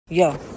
Yo